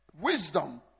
Wisdom